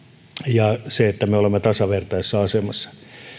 ja sellainen että me olemme tasavertaisessa asemassa